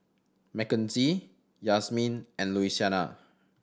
Makenzie Yazmin and Louisiana